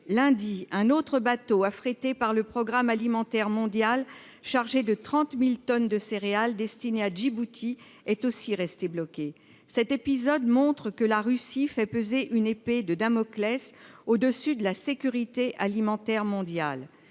lundi, un autre bateau affrété par le Programme alimentaire mondial chargé de 30000 tonnes de céréales destinées à Djibouti est aussi resté bloqué cet épisode montre que la Russie fait peser une épée de Damoclès au-dessus de la sécurité alimentaire mondiale